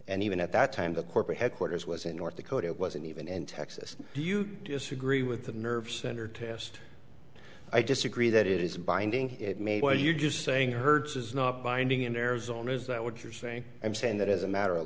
and even at that time the corporate headquarters was in north dakota it wasn't even in texas do you disagree with the nerve center test i disagree that it is binding it may well you're just saying hertz is not binding in arizona is that what you're saying and saying that as a matter of